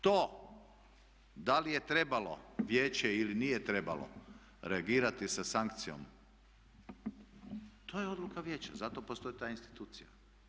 To da li je trebalo vijeće ili nije trebalo reagirati sa sankcijom to je odluka vijeća, zato postoji ta institucija.